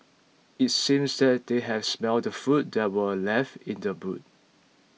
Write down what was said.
it seems that they had smelt the food that were left in the boot